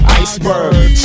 iceberg